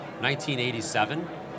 1987